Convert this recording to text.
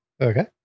Okay